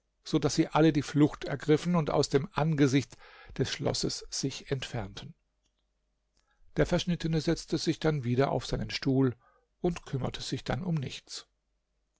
so daß sie alle die flucht ergriffen und aus dem angesicht des schlosses sich entfernten der verschnittene setzte sich dann wieder auf seinen stuhl und kümmerte sich dann um nichts